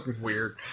Weird